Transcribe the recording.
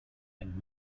and